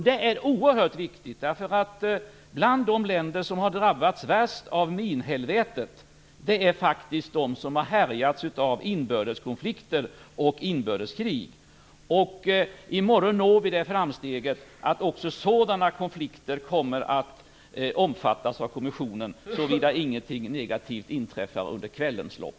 Detta är oerhört viktigt, därför att bland de länder som har drabbats värst av minhelvetet är faktiskt de som har härjats av inbördeskonflikter och inbördeskrig. I morgon når vi framsteget att också sådana konflikter kommer att omfattas av konventionen, såvida inget negativt inträffar under kvällens lopp.